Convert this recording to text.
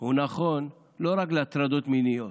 הוא נכון לא רק להטרדות מיניות,